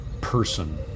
person